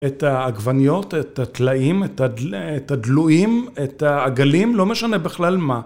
את העגבניות, את הטלאים, את הדלועים, את העגלים, לא משנה בכלל מה